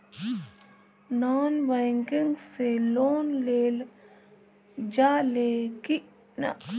Non banking से loan लेल जा ले कि ना?